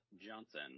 johnson